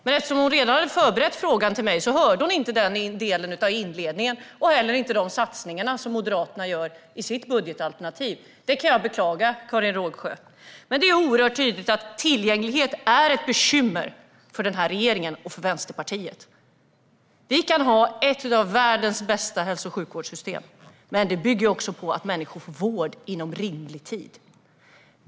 Men eftersom Karin Rågsjö redan hade förberett frågan till mig hörde hon inte den delen av inledningen och heller inte när jag berättade om satsningarna som Moderaterna gör i sitt budgetalternativ. Det kan jag beklaga, Karin Rågsjö. Det är oerhört tydligt att tillgänglighet är ett bekymmer för den här regeringen och för Vänsterpartiet. Vi kan ha ett av världens bästa hälso och sjukvårdssystem, men det bygger på att människor får vård inom rimlig tid.